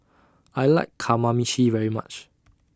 I like Kamameshi very much